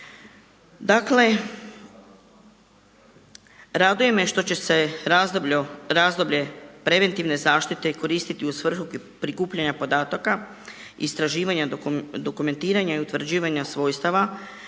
Dakle, raduje me što će se razdoblje preventivne zaštite koristiti u svrhu prikupljanja podataka, istraživanja dokumentiranja i utvrđivanja svojstava